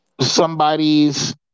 somebody's